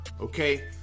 Okay